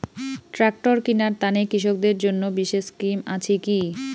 Tractor কিনার তানে কৃষকদের জন্য বিশেষ স্কিম আছি কি?